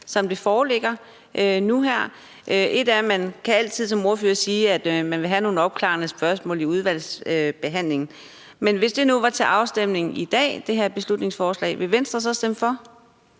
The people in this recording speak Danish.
som det foreligger nu her? Et er, at man som ordfører altid kan sige, at man vil have nogle opklarende spørgsmål i udvalgsbehandlingen, men hvis det her beslutningsforslag nu var til afstemning i dag, ville Venstre så stemme for?